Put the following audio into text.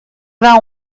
vingt